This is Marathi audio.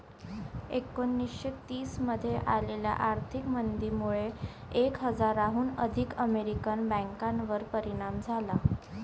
एकोणीसशे तीस मध्ये आलेल्या आर्थिक मंदीमुळे एक हजाराहून अधिक अमेरिकन बँकांवर परिणाम झाला